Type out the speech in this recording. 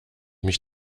mich